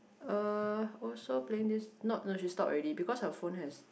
um also playing this not no she stop already because her phone has